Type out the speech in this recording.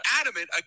adamant